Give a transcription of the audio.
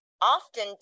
often